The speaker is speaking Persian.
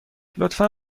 لطفا